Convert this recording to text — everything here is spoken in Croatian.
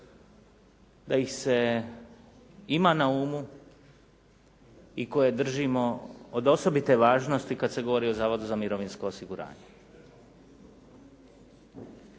da ih se ima na umu i koje držimo od osobite važnosti kad se govori o Zavodu za mirovinsko osiguranje.